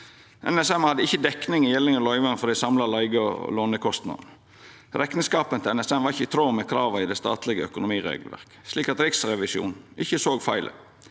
NSM hadde ikkje dekning i gjeldande løyving for dei samla leige- og lånekostnadene. Rekneskapen til NSM var ikkje i tråd med krava i det statlege økonomiregelverket, slik at Riksrevisjonen ikkje såg feilen.